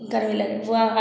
कड़वी लगे वह